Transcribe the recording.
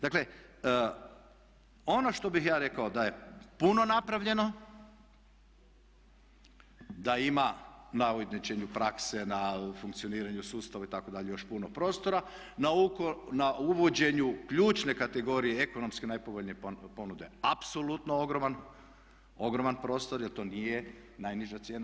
Dakle, ono što bih ja rekao da je puno napravljeno, da ima na ujednačenju prakse, na funkcioniranju sustava itd. još puno prostora, na uvođenju ključne kategorije ekonomski najpovoljnije ponude apsolutno ogroman prostor jer to nije najniža cijena.